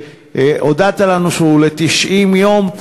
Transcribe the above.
והודעת לנו שהוא ל-90 יום.